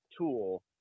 tool